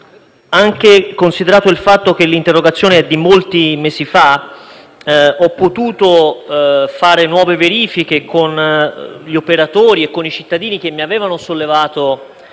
Anche considerato il fatto che l'interrogazione risale a molti mesi fa, ho potuto fare nuove verifiche con gli operatori e con i cittadini che avevano sollevato